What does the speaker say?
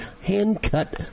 hand-cut